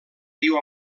viu